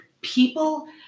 people